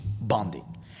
bonding